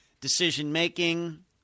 decision-making